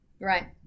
Right